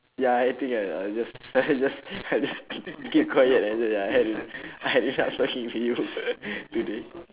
ya anything I I'll just I just I just k~ keep quiet until ya I had e~ I had enough of talking to you today